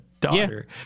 daughter